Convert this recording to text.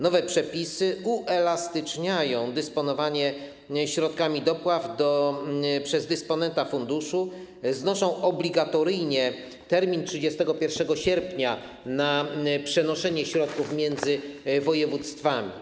Nowe przepisy uelastyczniają dysponowanie środkami z dopłat przez dysponenta funduszu, znoszą obligatoryjnie termin 31 sierpnia na przenoszenie środków między województwami.